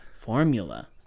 formula